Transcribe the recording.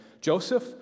Joseph